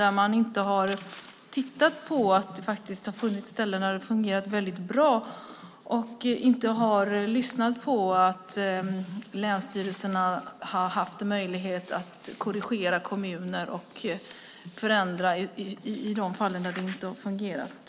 Man har inte tittat på ställen där det har fungerat väldigt bra och inte har lyssnat på att länsstyrelserna har haft möjlighet att korrigera kommuner och förändra i de fall där det inte har fungerat.